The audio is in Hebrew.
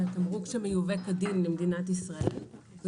זה התמרוק שמיובא כדין למדינת ישראל והוא